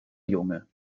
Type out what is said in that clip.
junge